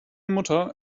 mutter